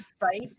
right